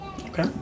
Okay